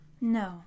No